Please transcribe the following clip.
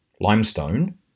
limestone